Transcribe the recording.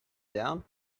down